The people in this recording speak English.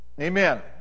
Amen